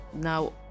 now